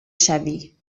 شوی